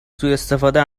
سوءاستفاده